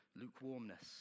lukewarmness